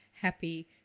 happy